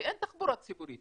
כי אין תחבורה ציבורית